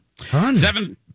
Seven